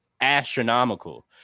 astronomical